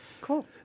Cool